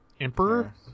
Emperor